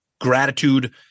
gratitude